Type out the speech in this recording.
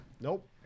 Nope